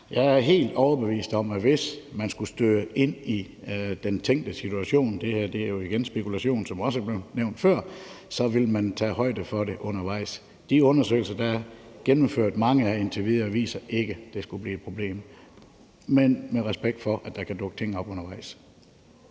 Jeg er helt overbevist om, at hvis man skulle støde ind i den tænkte situation – det her er jo igen spekulation, som også er blevet nævnt før – så vil man tage højde for det undervejs. De undersøgelser, som der er gennemført mange af indtil videre, viser ikke, at det skulle blive et problem, med respekt for, der kan dukke ting op undervejs.